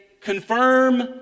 confirm